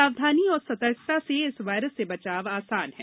सावधानी और सतर्कता से इस वायरस से बचाव आसान है